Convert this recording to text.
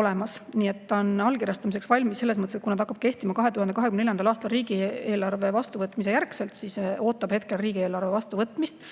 olemas, ta on allkirjastamiseks valmis selles mõttes, et kuna ta hakkab kehtima 2024. aasta riigieelarve vastuvõtmise järgselt, siis ta ootab hetkel riigieelarve vastuvõtmist,